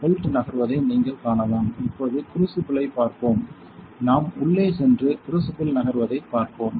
belt நகர்வதை நீங்கள் காணலாம் இப்போது க்ரூசிபிளைப் பார்ப்போம் நாம் உள்ளே சென்று க்ரூசிபிள் நகர்வதைப் பார்ப்போம்